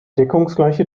deckungsgleiche